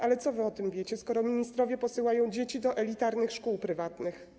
Ale co wy o tym wiecie, skoro ministrowie posyłają dzieci do elitarnych szkół prywatnych.